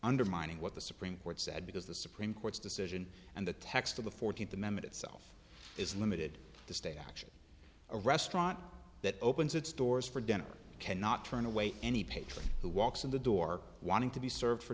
undermining what the supreme court said because the supreme court's decision and the text of the fourteenth amendment itself is limited to state action a restaurant that opens its doors for dinner cannot turn away any patron who walks in the door wanting to be served for